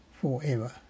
forever